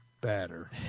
batter